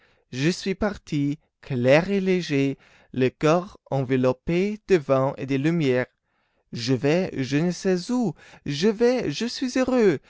je suis parti clair et léger le corps enveloppé de vent et de lumière je vais je ne sais où je vais je suis heureux